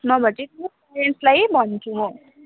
नभए चाहिँ पेरेन्ट्सलाई भन्छु म